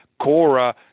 Cora